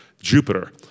Jupiter